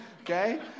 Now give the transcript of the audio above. Okay